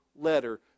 letter